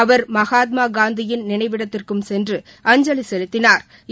அவர் மகாத்மாகாந்தியின் நினைவிடத்துக்கும் சென்று அஞ்சலி செலுத்தினாா்